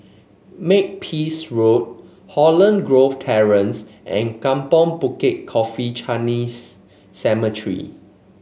Makepeace Road Holland Grove Terrace and Kampong Bukit Coffee Chinese Cemetery